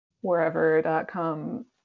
wherever.com